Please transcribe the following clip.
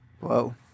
whoa